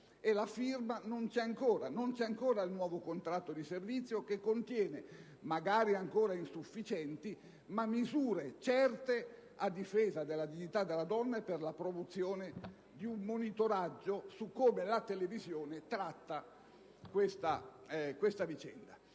e la firma non c'è ancora. Non c'è ancora il nuovo contratto di servizio, che contiene, magari ancora in modo insufficiente, misure certe a difesa della dignità della donna e per la promozione di un monitoraggio su come la televisione tratta questa